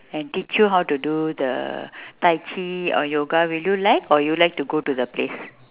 and teach you how to do the tai chi or the yoga would you like or would you like to go to the place